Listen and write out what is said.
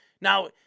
Now